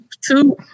two